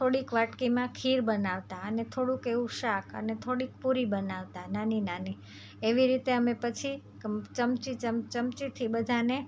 થોડીક વાટકીમાં ખીર બનાવતા અને થોડુંક એવું શાક અને થોડીક પૂરી બનાવતા નાની નાની એવી રીતે અમે પછી ચમચી ચમચીથી બધાંને